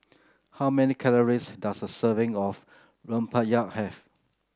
how many calories does a serving of Rempeyek have